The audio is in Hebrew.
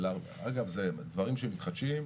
אלה דברים שמתחדשים,